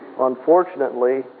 Unfortunately